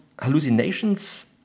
hallucinations